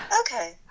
okay